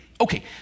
Okay